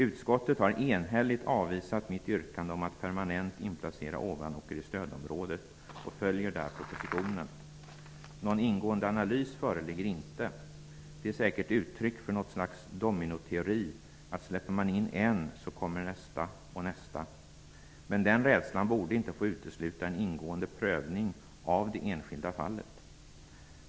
Utskottet har enhälligt avvisat mitt yrkande om att permanent inplacera Ovanåker i stödområdet och följer där propositionen. Någon ingående analys föreligger inte. Det är säkert ett uttryck för något slags dominoteori, nämligen att om man släpper in en så kommer nästa och nästa. Men den rädslan borde inte få utesluta en ingående prövning av det enskilda fallet.